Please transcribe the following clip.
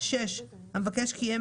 (6)המבקש קיים,